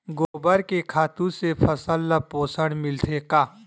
गोबर के खातु से फसल ल पोषण मिलथे का?